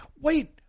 Wait